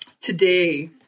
Today